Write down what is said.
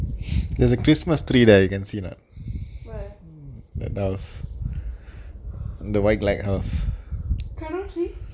where karaoke